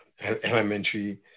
elementary